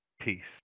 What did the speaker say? Peace